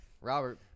Robert